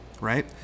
Right